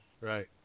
Right